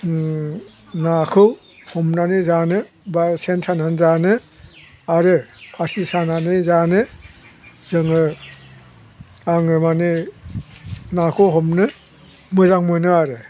नाखौ हमनानै जानो बा सेन सानानै जानो आरो फासि सानानै जानो जोङो आङो माने नाखौ हमनो मोजां मोनो आरो